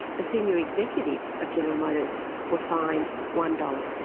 the senior executives of general motors were fined one dollars.